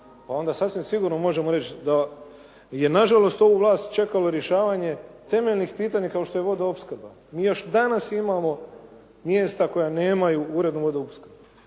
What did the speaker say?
pa onda sasvim sigurno možemo reći da je nažalost ovu vlast čekalo rješavanje temeljnih pitanja kao što je vodoopskrba. Mi još danas imamo mjesta koja nemaju urednu vodoopskrbu